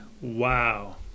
wow